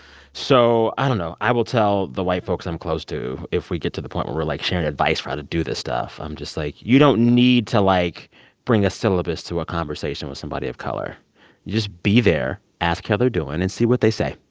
so i don't know. i will tell the white folks i'm close to, if we get to the point where we're like sharing advice for how to do this stuff, i'm just like, you don't need to like bring a syllabus to a conversation with somebody of color. you just be there, ask how they're doing and see what they say.